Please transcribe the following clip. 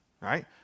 right